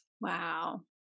Wow